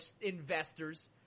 investors